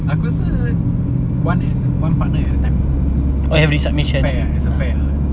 aku rasa one eh one partner at a time it's a it's a pair ah